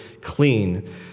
clean